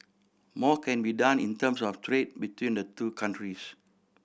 more can be done in terms of trade between the two countries